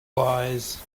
wise